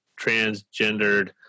transgendered